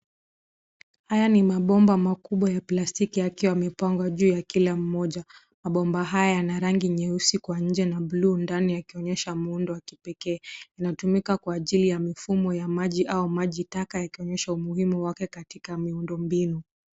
Haya ni mabomba makubwa ya plastiki, yakiwa yamepangwa juu ya kila mmoja. Mabomba haya yana rangi nyeusi kwa nje na blue ndani, yakionyesha muundo wa kipekee. Inatumika kwa ajili ya mifumo ya maji au maji taka, yakionyesha umuhimu wake katika miundo mbinu.